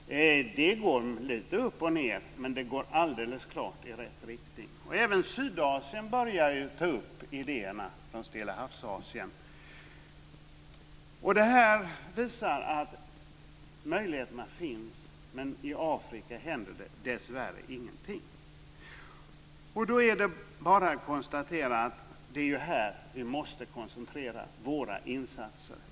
Det går lite upp och ned, men det går alldeles klart i rätt riktning. Även Sydasien börjar ta upp idéerna från Stillahavsasien. Detta visar att möjligheterna finns, men i Afrika händer det dessvärre ingenting, så det är där som vi måste koncentrera våra insatser.